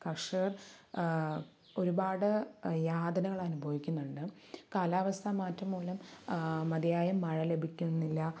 കര്ഷകര് ഒരുപാട് യാതനകള് അനുഭവിക്കുന്നുണ്ട് കാലാവസ്ഥ മാറ്റം മൂലം മതിയായ മഴ ലഭിക്കുന്നില്ല